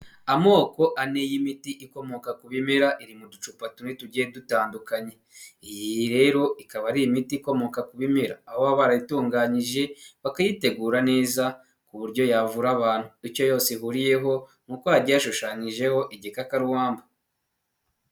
Amoko ane y'imiti ikomoka ku bimera iri mu ducupa tune tugiye dutandukanye. Iyi rero ikaba ari imiti ikomoka ku bimera aho baba barayitunganyije, bakayitegura neza ku buryo yavura abantu. Icyo yose ihuriyeho ni uko hagiye hashushanyijeho igikakaruwamba.